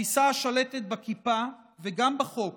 התפיסה השלטת בכיפה וגם בחוק